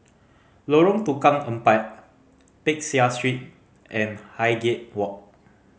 Lorong Tukang Empat Peck Seah Street and Highgate Walk